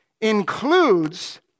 includes